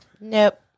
Nope